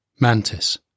Mantis